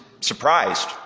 surprised